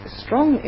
strong